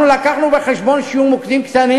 אנחנו לקחנו בחשבון שיהיו מוקדים קטנים